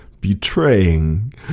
betraying